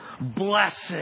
Blessed